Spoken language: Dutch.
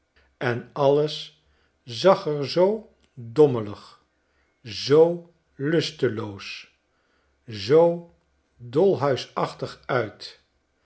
en alles zag er zoo dommelig zoo lusteloos zoo dolhuisachtig uit